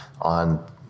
on